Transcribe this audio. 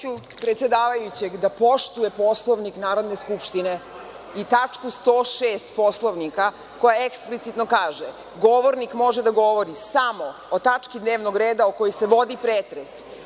Zamoliću predsedavajućeg da poštuje Poslovnik Narodne skupštine i tačku 106. Poslovnika koja eksplicitno kaže – govornik može da govori samo o tački dnevnog reda o kojoj se vodi pretres.